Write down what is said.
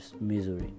misery